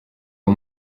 uwo